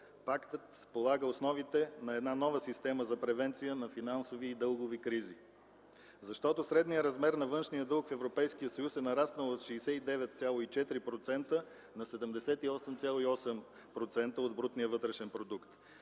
Пактът полага основите на една нова система за превенция на финансови и дългови кризи, защото средният размер на външния дълг в Европейския съюз е нараснал от 69,4% на 78,8% от брутния вътрешен продукт.